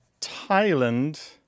Thailand